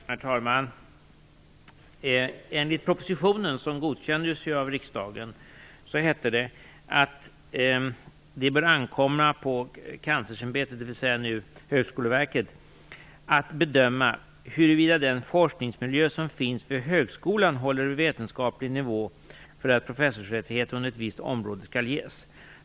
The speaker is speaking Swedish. Herr talman! Enligt propositionen, som ju godkändes av riksdagen, bör det ankomma på Kanslersämbetet, numera Högskoleverket, att bedöma huruvida den forskningsmiljö som finns för högskolan håller en vetenskaplig nivå för att professorsrättighet inom ett visst område skall ges.